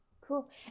Cool